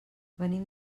venim